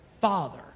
father